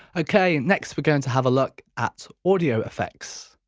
ok next we're going to have a look at audio effects.